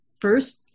first